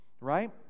right